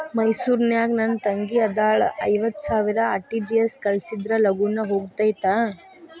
ಮೈಸೂರ್ ನಾಗ ನನ್ ತಂಗಿ ಅದಾಳ ಐವತ್ ಸಾವಿರ ಆರ್.ಟಿ.ಜಿ.ಎಸ್ ಕಳ್ಸಿದ್ರಾ ಲಗೂನ ಹೋಗತೈತ?